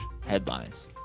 headlines